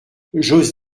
j’ose